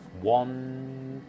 one